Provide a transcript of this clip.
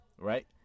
Right